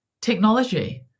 technology